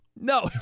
no